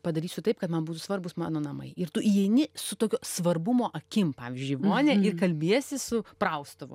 padarysiu taip kad man būtų svarbūs mano namai ir tu įeini su tokio svarbumo akim pavyzdžiui į vonią ir kalbiesi su praustuvu